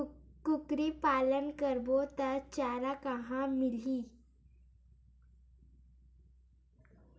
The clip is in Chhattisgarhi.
कुकरी पालन करबो त चारा कहां मिलही?